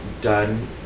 done